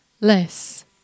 less